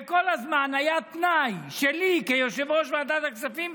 וכל הזמן היה תנאי שלי כיושב-ראש ועדת הכספים,